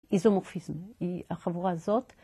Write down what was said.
‫איזומורפיזם, החבורה הזאת.